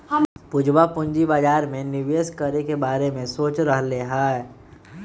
पूजवा पूंजी बाजार में निवेश करे के बारे में सोच रहले है